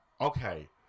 okay